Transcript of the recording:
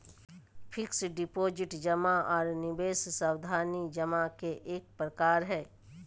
fixed deposit जमा आर निवेश सावधि जमा के एक प्रकार हय